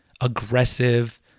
aggressive